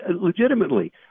legitimately